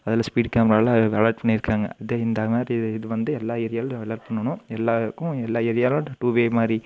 அதில் ஸ்பீட் கேமராவில் அலாட் பண்ணியிருக்கிறாங்க இது இந்தமாதிரி இது வந்து எல்லா ஏரியாவிலையும் அலாட் பண்ணணும் எல்லோருக்கும் எல்லா ஏரியாவில் டு டூ வே மாதிரி